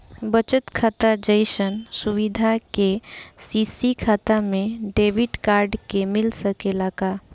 बचत खाता जइसन सुविधा के.सी.सी खाता में डेबिट कार्ड के मिल सकेला का?